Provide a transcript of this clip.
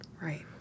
Right